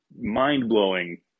mind-blowing